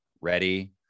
ready